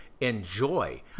enjoy